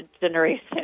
generation